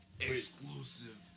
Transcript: exclusive